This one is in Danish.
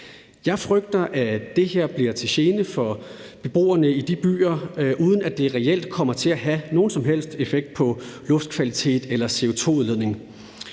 Jeg frygter, at det her bliver til gene for beboerne i de byer, uden at det reelt kommer til at have nogen som helst effekt på luftkvaliteten eller CO2-udledningen.